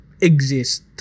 exist